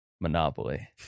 Monopoly